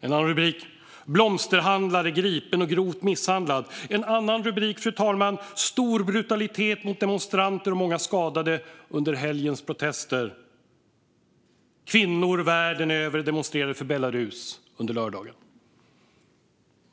En annan rubrik: Blomsterhandlare gripen och grovt misshandlad. Fler rubriker, fru talman: Stor brutalitet mot demonstranter och många skadade under helgens protester. Kvinnor världen över demonstrerade för Belarus under lördagen.